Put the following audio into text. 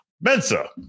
Mensa